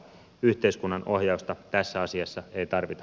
yhteiskunnan ohjausta tässä asiassa ei tarvita